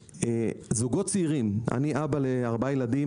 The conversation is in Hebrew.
זוגות צעירים אני אבא לארבעה ילדים,